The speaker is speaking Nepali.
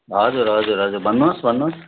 हजुर हजुर हजुर भन्नुहोस् भन्नुहोस्